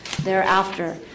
thereafter